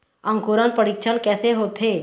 अंकुरण परीक्षण कैसे होथे?